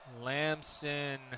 Lamson